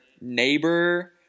neighbor